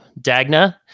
Dagna